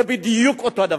זה בדיוק אותו הדבר.